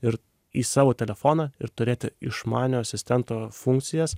ir į savo telefoną ir turėti išmaniojo asistento funkcijas